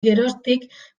geroztik